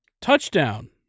touchdown